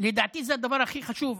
לדעתי זה הדבר הכי חשוב.